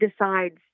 decides